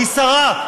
היא שרה,